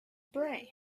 brain